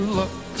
look